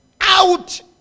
out